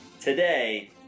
today